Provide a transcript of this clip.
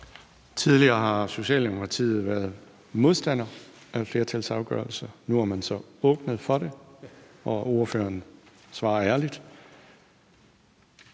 Tidligere har Socialdemokratiet været modstander af flertalsafgørelser. Nu har man så åbnet for det. Ordføreren svarer ærligt.